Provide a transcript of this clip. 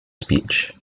speech